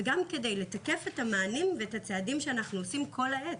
וגם כדי לתקף את המענים ואת הצעדים שאנחנו עושים כל העת.